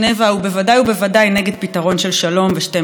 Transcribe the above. ובוודאי ובוודאי נגד פתרון של שלום ושתי מדינות,